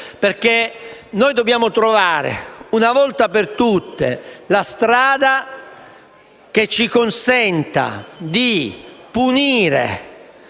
Noi dobbiamo trovare, una volta per tutte, la strada che ci consenta di punire